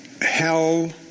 hell